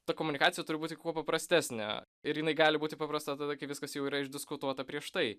ta komunikacija turi būti kuo paprastesnė ir jinai gali būti paprasta tada kai viskas jau yra išdiskutuota prieš tai